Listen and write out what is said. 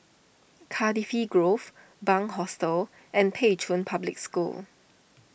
Cardifi Grove Bunc Hostel and Pei Chun Public School